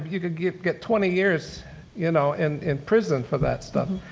you could get get twenty years you know and in prison for that stuff.